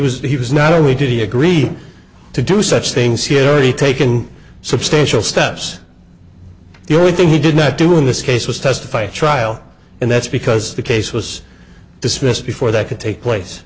was he was not only did he agree to do such things here he taken substantial steps the only thing he did not do in this case was testify at trial and that's because the case was dismissed before that could take place